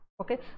okay